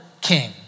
king